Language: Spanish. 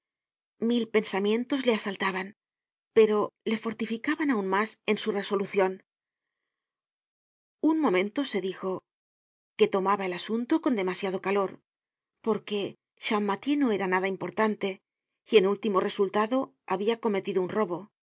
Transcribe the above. mil pensamientos le asaltaban pero le fortificaban aun mas en su resolucion un momento se dijo que tomaba el asunto con demasiado calor porque champmathieu no era nada importante y en último resultado habia cometido un robo y